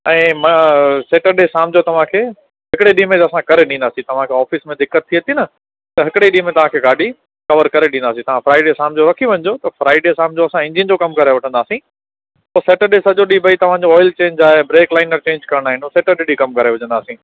ऐं मां सटर्डे शाम जो तव्हांखे हिकिड़े ॾींहं में असां करे ॾींदासीं तव्हांखे ऑफ़िस में दिक़्तु थिए थी न त हिकिड़े ॾींहं में तव्हांखे गाॾी कवर करे ॾींदासीं तव्हांखे फ़्राइडे शाम जो रखी वञिजो त फ़्राइडे शाम जो असां इंजिन जो कम करे वठंदासीं पोइ सटर्डे सॼो ॾींहं भई तव्हांजो ऑयल चेंज आहे ब्रेक लाइनर चेंज करणा आहिनि हुते सॼो ॾींहुं कम करे विझंदासीं